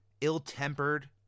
ill-tempered